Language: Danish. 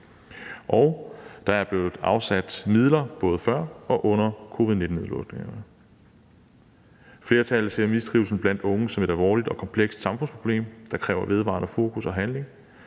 og der er blevet afsat midler både før og under covid-19-nedlukningerne. Flertallet ser mistrivslen blandt unge som et alvorligt og komplekst samfundsproblem, der kræver vedvarende fokus og handling.